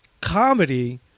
comedy